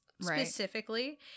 specifically